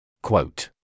Quote